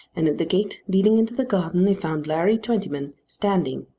and at the gate leading into the garden they found larry twentyman standing.